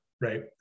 right